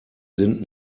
sind